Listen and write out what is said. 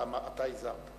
אתה הזהרת.